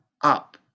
up